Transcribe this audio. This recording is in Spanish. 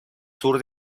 sur